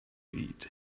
eat